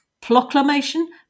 Proclamation